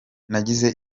nagize